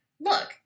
look